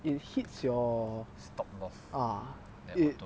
if it hits your ah it